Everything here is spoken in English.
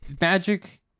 magic